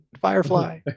firefly